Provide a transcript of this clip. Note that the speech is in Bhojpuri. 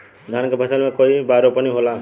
धान के फसल मे कई बार रोपनी होला?